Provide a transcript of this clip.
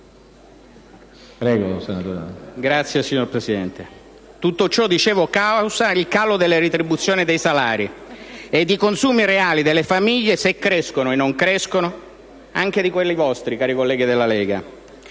Grazie, signor Presidente. Tutto ciò - dicevo - causa il calo delle retribuzioni e dei salari ed i consumi reali delle famiglie se crescono (e non crescono) - anche quelli vostri, cari colleghi della Lega